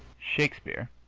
shakespeare,